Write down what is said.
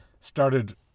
started